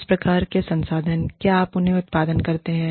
किस प्रकार के संसाधन हैं क्या आप उन्हें प्रदान करते हैं